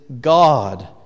God